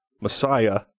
Messiah